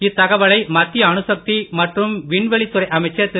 இத்தகவலை மத்திய அணுசக்தி மற்றும் விண்வெளித் துறை அமைச்சர் திரு